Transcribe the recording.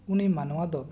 ᱩᱱᱤ ᱢᱟᱱᱣᱟ ᱫᱚ